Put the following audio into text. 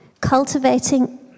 Cultivating